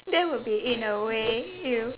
that will be in a way you